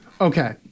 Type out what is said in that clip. Okay